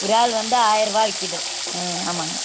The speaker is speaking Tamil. விரால் வந்து ஆயிரம் ரூபா விற்கிது ம் ஆமாங்க